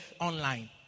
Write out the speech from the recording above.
online